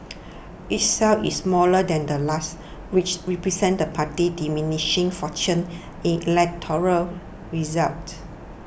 each cell is smaller than the last which represents the party's diminishing fortunes in electoral results